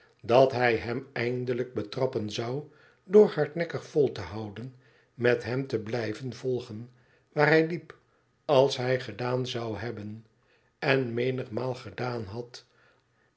dat hij hem eindelijk betrappen zou door hardnekkig vol te houden met hem te blijven volgen waar hij liep als hij gedaan zou hebben en menigmaal gedaan had